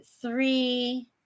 three